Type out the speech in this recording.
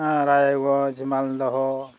Raiganj Malda